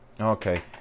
Okay